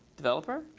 developer?